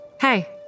Hey